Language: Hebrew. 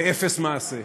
ואפס מעשה.